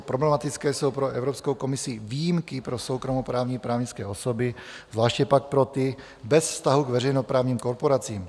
Problematické jsou pro Evropskou komisi výjimky pro soukromoprávní právnické osoby, zvláště pak pro ty bez vztahu k veřejnoprávním korporacím.